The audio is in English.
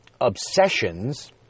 obsessions